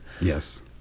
Yes